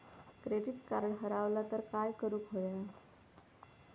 Credit card हरवला तर काय करुक होया?